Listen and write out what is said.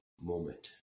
moment